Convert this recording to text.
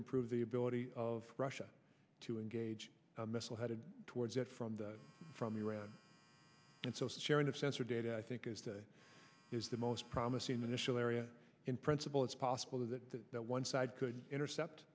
improve the ability of russia to engage missile headed towards it from the from iran and so sharing of sensor data i think is the is the most promising initial area in principle it's possible that one side could intercept